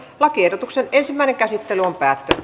lakiehdotuksen ensimmäinen käsittely päättyi